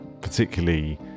particularly